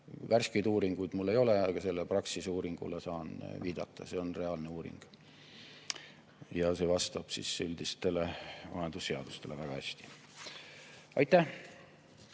Värskeid uuringuid mul ei ole, aga Praxise uuringule saan viidata, see on reaalne uuring ja see vastab üldistele majandusseadustele väga hästi. Aitäh!